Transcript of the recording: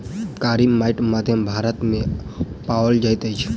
कारी माइट मध्य भारत मे पाओल जाइत अछि